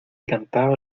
cantaba